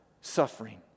suffering